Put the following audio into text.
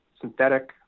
synthetic